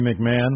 McMahon